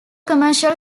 commercial